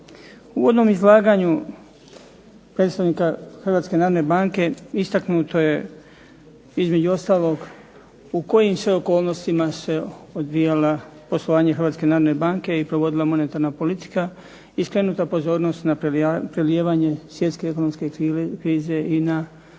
U uvodnom izlaganju predstavnika Hrvatske narodne banke istaknuto je između ostalog u kojim sve okolnostima se odvijala poslovanje Hrvatske narodne banke i provodila monetarna politika i skrenuta pozornost na prelijevanje svjetske ekonomske krize i na